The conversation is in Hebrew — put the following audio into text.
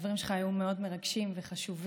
הדברים שלך היו מאוד מרגשים וחשובים,